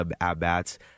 at-bats